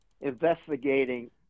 investigating